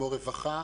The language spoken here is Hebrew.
כמו רווחה,